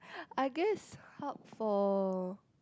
I guess hub for